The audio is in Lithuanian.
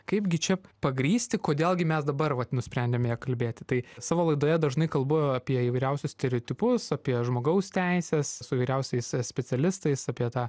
kaipgi čia pagrįsti kodėl gi mes dabar vat nusprendėme ja kalbėti tai savo laidoje dažnai kalbu apie įvairiausius stereotipus apie žmogaus teises su įvairiausiais specialistais apie tą